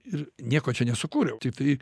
ir nieko čia nesukūriau tiktai